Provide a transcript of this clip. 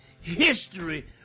history